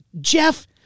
Jeff